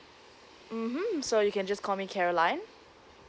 mmhmm so you can just call me caroline